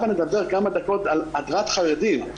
הבה נדבר כמה דקות על הדרת חרדים.